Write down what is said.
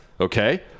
okay